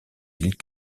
iles